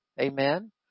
Amen